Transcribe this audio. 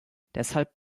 deshalb